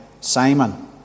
Simon